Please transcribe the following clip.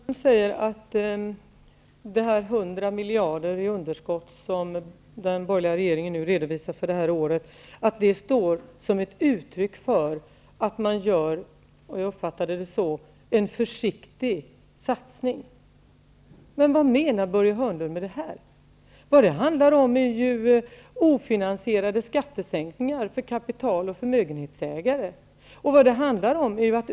Herr talman! Börje Hörnlund säger att de hundra miljarder som den borgerliga regeringen redovisar i underskott för det här året betyder att man gör en försiktig satsning -- jag uppfattade det så. Vad menar Börje Hörnlund med det? Vad det handlar om är ju ofinansierade skattesänkningar för kapital och förmögenhetsägare!